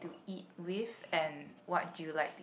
eat with and what you like